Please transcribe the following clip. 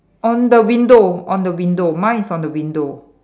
on the window on the window mine is on the window